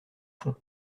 fond